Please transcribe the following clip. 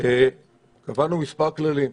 קבענו מספר כללים.